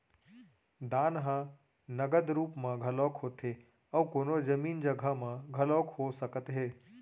दान ह नगद रुप म घलोक होथे अउ कोनो जमीन जघा म घलोक हो सकत हे